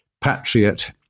Patriot